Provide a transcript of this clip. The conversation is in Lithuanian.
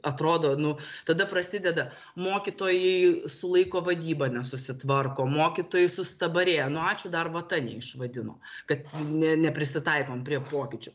atrodo nu tada prasideda mokytojai su laiko vadyba nesusitvarko mokytojai sustabarėję nu ačiū dar vata neišvadino kad ne ne neprisitaikom prie pokyčių